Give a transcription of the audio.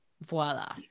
Voila